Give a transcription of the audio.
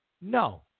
no